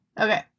Okay